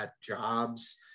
jobs